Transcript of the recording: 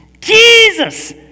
Jesus